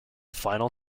final